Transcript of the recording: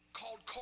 called